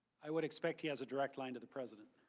i would expect he has a direct line to the present.